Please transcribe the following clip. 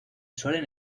suelen